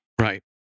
Right